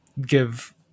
give